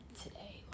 today